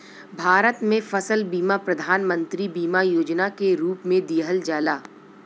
भारत में फसल बीमा प्रधान मंत्री बीमा योजना के रूप में दिहल जाला